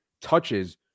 Touches